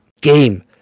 game